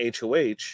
HOH